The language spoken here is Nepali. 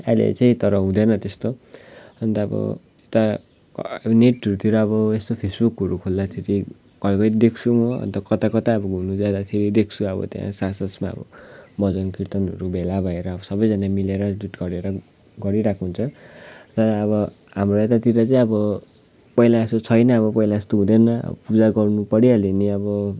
अहिले चाहिँ तर हुँदैन त्यस्तो अन्त अब यता अब नेटहरूतिर अब यस्तो फेसबुकहरू खोल्दाखेरि घरी घरी देख्छु हो अन्त कता कता घुम्नु जाँदा फेरि देख्छु अब त्यहाँ साँझ साँझमा अब भजन कीर्तनहरू भेला भएर सबजना मिलेर जुट गरेर गरिरहेको हुन्छ तर अब हाम्रो यतातिर चाहिँ अब पहिला जस्तो छैन अब पहिला जस्तो हुँदैन अब पूजा गर्नु परिहाल्यो नि अब